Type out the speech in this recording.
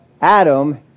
Adam